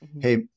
Hey